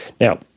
Now